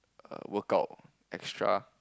err workout extra